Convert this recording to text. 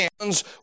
hands